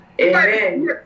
Amen